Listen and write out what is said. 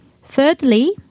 Thirdly